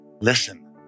Listen